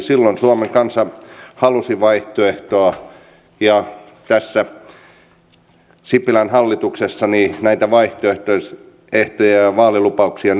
silloin suomen kansa halusi vaihtoehtoa ja tässä sipilän hallituksessa näitä vaihtoehtoja ja vaalilupauksia nyt lunastetaan